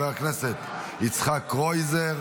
לא אושרה, ותוסר מסדר-היום.